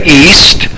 east